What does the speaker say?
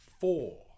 four